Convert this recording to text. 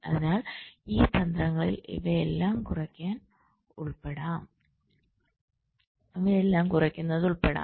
അതിനാൽ ഈ തന്ത്രങ്ങളിൽ ഇവയെല്ലാം കുറയ്ക്കുന്നത് ഉൾപ്പെടാം